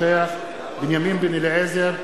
בנימין בן-אליעזר,